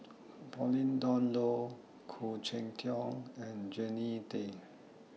Pauline Dawn Loh Khoo Cheng Tiong and Jannie Tay